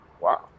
Wow